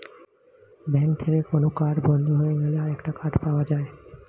bank থেকে কোন card বন্ধ হয়ে গেলে আরেকটা কার্ড পাওয়া যায়